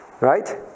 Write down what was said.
right